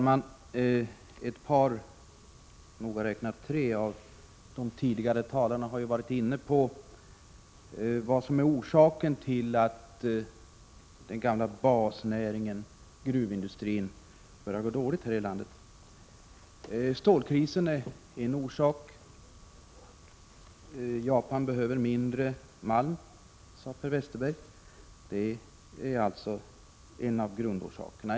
Herr talman! Tre av de tidigare talarna har varit inne på vad som är orsaken till att den gamla basnäringen gruvindustrin börjar gå dåligt här i landet. Stålkrisen är en orsak — Japan behöver mindre malm, sade Per Westerberg. Det är alltså en av grundorsakerna.